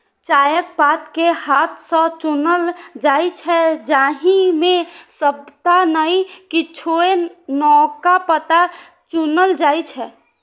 चायक पात कें हाथ सं चुनल जाइ छै, जाहि मे सबटा नै किछुए नवका पात चुनल जाइ छै